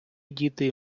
діти